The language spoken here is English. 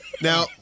Now